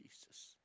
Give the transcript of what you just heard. Jesus